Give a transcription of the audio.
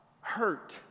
hurt